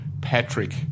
Patrick